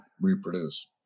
reproduce